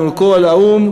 אחרי זה אשמח לשמוע.